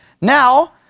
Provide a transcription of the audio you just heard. Now